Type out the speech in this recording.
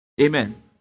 Amen